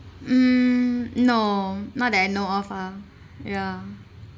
mm no not that I know of ah ya